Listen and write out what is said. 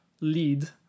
lead